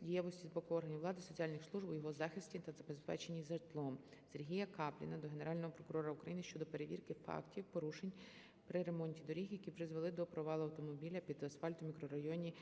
дієвості з боку органів влади, соціальних служб у його захисті та забезпеченні житлом. Сергія Капліна до Генерального прокурора України щодо перевірки фактів порушень при ремонті доріг, які призвели до провалу автомобіля під асфальт у мікрорайоні